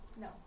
No